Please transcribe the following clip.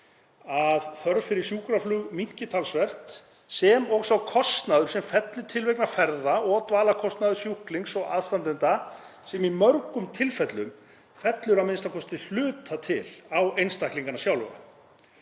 að þörf fyrir sjúkraflug minnki talsvert sem og sá kostnaður sem fellur til vegna ferða og dvalarkostnaðar sjúklings og aðstandenda sem í mörgum tilfellum fellur a.m.k. að hluta til á einstaklingana sjálfra.